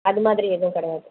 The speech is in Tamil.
அது மாதிரி எதுவும் கிடையாது